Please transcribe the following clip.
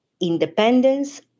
independence